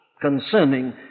concerning